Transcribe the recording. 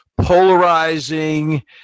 polarizing